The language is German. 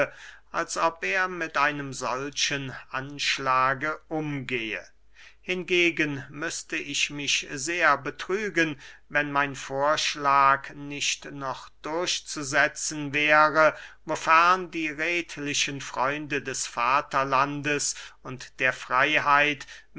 als ob er mit einem solchen anschlage umgehe hingegen müßte ich mich sehr betrügen wenn mein vorschlag nicht noch durchzusetzen wäre wofern die redlichen freunde des vaterlandes und der freyheit